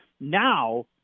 now